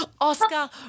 Oscar